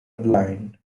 blind